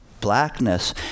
blackness